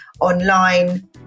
online